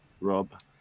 Rob